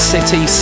City